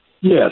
Yes